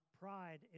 pride